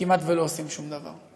כמעט לא עושים שום דבר.